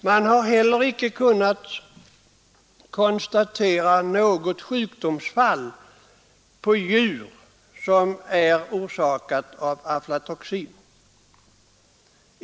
Man har icke kunnat konstatera något sjukdomsfall bland djur som är orsakat av aflatoxin.